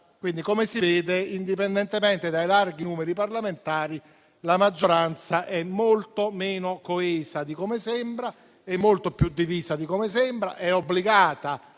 come si vede, indipendentemente dai larghi numeri parlamentari, la maggioranza è molto meno coesa di come sembra, è molto più divisa di come sembra, è obbligata